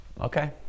Okay